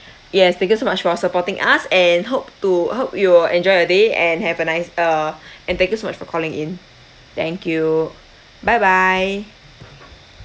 yes thank you so much for supporting us and hope to hope you'll enjoy your day and have a nice uh and thank you so much for calling in thank you bye bye